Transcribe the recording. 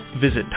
Visit